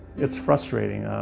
it's frustrating.